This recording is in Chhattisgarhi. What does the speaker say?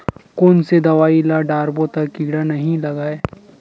कोन से दवाई ल डारबो त कीड़ा नहीं लगय?